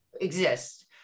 exist